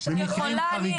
אני אשמח לשמוע הסבר למה.